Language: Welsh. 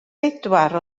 bedwar